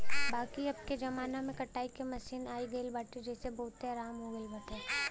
बाकी अबके जमाना में कटाई के मशीन आई गईल बाटे जेसे बहुते आराम हो गईल बाटे